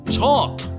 Talk